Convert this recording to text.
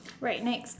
right next